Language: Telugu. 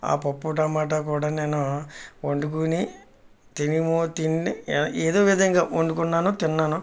ఆ పప్పు టమాట కూడా నేను వండుకొని తిని మొ తిని ఏదో విధంగా వండుకున్నాను తిన్నాను